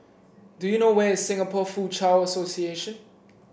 do you know where is Singapore Foochow Association